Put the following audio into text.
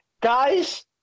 guys